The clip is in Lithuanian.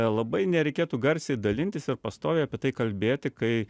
labai nereikėtų garsiai dalintis ir pastoviai apie tai kalbėti kai